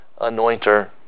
anointer